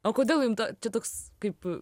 o kodėl jum ta čia toks kaip